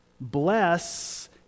bless